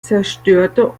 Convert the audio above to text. zerstörte